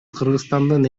кыргызстандын